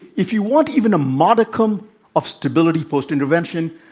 if you want even a modicum of stability post-intervention,